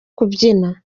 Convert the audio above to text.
kubyina